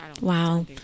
wow